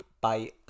bye